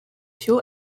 fuel